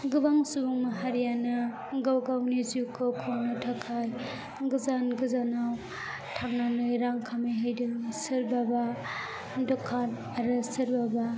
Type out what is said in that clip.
गोबां सुबुं माहारियानो गाव गावनि जिउखौ खुंनो थाखाय गोजान गोजानाव थांनानै रां खामाय हैदों सोरबाबा दखान आरो सोरबाबा